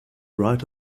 right